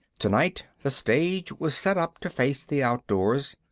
tonight the stage was set up to face the outdoors,